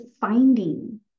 finding